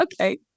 Okay